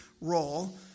role